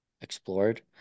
explored